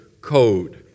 Code